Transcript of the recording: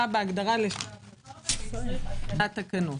בהגדרה לשלב מאוחר יותר והצריך התקנת תקנות.